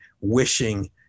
wishing